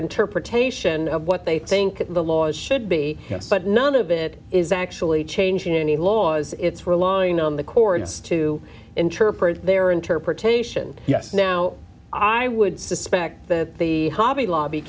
interpretation of what they think the laws should be but none of it is actually changing any laws it's relying on the chords to interpret their interpretation yes now i would suspect that the hobby lobby